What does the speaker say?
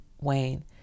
Wayne